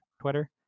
Twitter